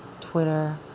Twitter